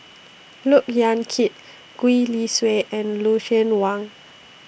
Look Yan Kit Gwee Li Sui and Lucien Wang